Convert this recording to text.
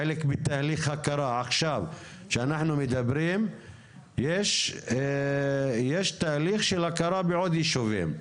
חלק בתהליך הכרה עכשיו שאנחנו מדברים יש תהליך של הכרה בעוד יישובים,